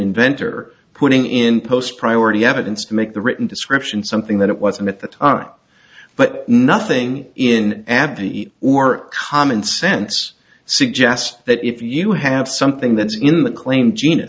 inventor putting in post priority evidence to make the written description something that it wasn't at the time but nothing in ad the or common sense suggests that if you have something that's in the claim